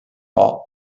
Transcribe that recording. hall